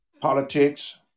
politics